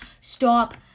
stop